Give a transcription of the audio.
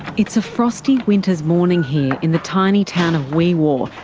it's a frosty winter's morning here in the tiny town of wee waa,